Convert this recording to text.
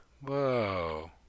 Whoa